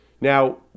Now